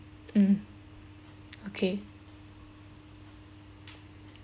mm okay